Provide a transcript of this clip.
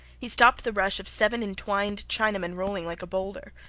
he stopped the rush of seven entwined chinamen rolling like a boulder.